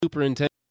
Superintendent